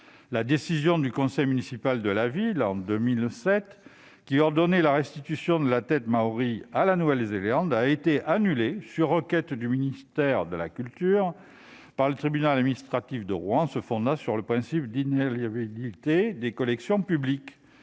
la décision du conseil municipal de la ville, qui ordonnait la restitution de la tête maorie à la Nouvelle-Zélande, a été annulée, sur requête du ministère de la culture, par le tribunal administratif de Rouen, qui s'est fondé sur le principe d'inaliénabilité des collections publiques.